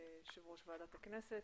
יושב ראש ועדת הכנסת,